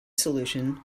solution